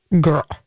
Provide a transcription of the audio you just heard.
Girl